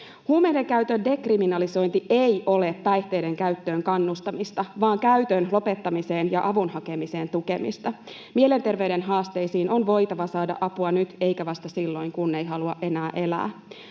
Huumeiden käytön dekriminalisointi ei ole päihteiden käyttöön kannustamista, vaan käytön lopettamiseen ja avun hakemiseen tukemista. Mielenterveyden haasteisiin on voitava saada apua nyt eikä vasta silloin, kun ei halua enää elää.